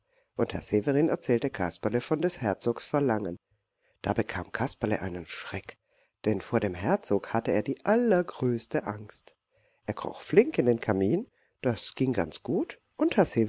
und herr severin erzählte kasperle von des herzogs verlangen da bekam aber kasperle einen schreck denn vor dem herzog hatte er die allergrößte angst er kroch flink in den kamin das ging ganz gut und herr